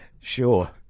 Sure